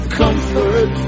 comfort